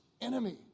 enemy